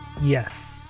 Yes